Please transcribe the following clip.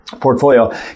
portfolio